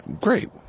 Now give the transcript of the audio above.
great